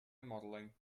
modeling